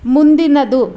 ಮುಂದಿನದು